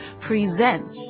presents